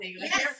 Yes